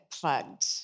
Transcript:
plugged